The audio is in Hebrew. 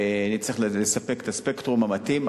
ונצטרך לספק את הספקטרום המתאים,